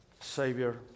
Savior